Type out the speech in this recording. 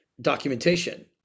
documentation